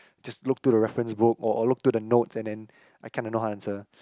just look through the reference book or or look through the notes and then I kinda know how to answer